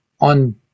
on